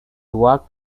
worked